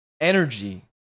energy